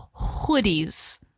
hoodies